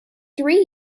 three